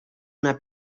una